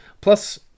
Plus